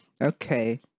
okay